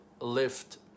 lift